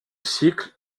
cycle